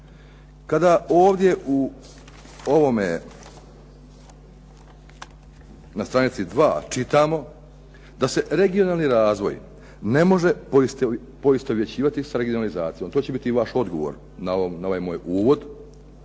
Kada ovdje u ovome na str. 2 čitamo da se regionalni razvoj ne može poistovjećivati s regionalizacijom, to će biti i vaš odgovor na ovaj moj uvod,